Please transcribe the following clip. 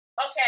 Okay